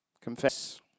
Confess